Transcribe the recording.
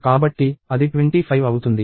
కాబట్టి అది 25 అవుతుంది